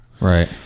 Right